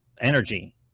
energy